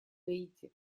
гаити